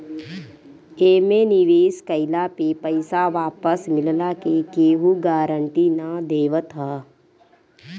एमे निवेश कइला पे पईसा वापस मिलला के केहू गारंटी ना देवत हअ